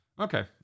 Okay